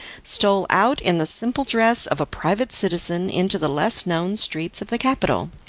stole out in the simple dress of a private citizen into the less known streets of the capital.